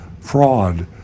fraud